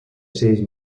seis